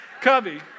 cubby